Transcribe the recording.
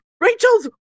Rachel's